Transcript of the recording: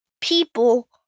people